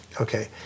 Okay